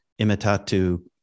imitatu